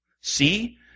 See